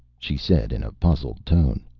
she said in a puzzled tone.